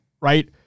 Right